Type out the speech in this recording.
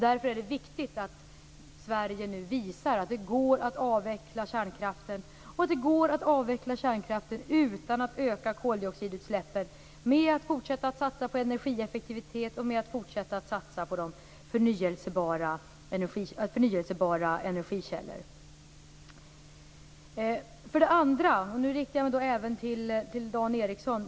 Därför är det viktigt att Sverige nu visar att det går att avveckla kärnkraften och att det går att göra det utan att öka koldioxidutläppen, genom att fortsätta att satsa på energieffektivitet och förnyelsebara energikällor. Jag vill nu även rikta mig till Dan Ericsson.